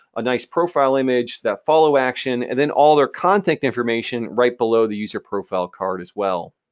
a nice profile image, that follow action, and then all their contact information right below the user profile card as well.